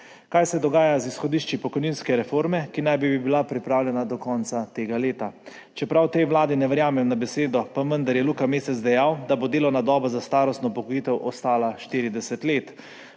Kaj se dogaja z izhodišči pokojninske reforme, ki naj bi bila pripravljena do konca tega leta? Čeprav tej vladi ne verjamem na besedo, pa je vendar Luka Mesec dejal, da bo delovna doba za starostno upokojitev ostala 40 let.